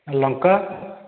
ଆଉ ଲଙ୍କା